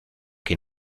que